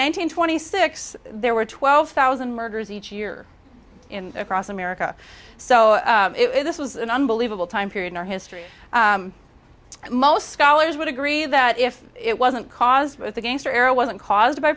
nineteen twenty six there were twelve thousand murders each year in across america so this was an unbelievable time period in our history most scholars would agree that if it wasn't because the gangster era wasn't caused by